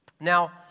Now